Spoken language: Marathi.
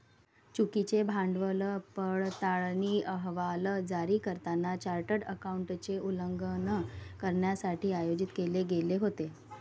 चुकीचे भांडवल पडताळणी अहवाल जारी करताना चार्टर्ड अकाउंटंटचे उल्लंघन करण्यासाठी आयोजित केले गेले होते